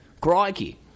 Crikey